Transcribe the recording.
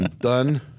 done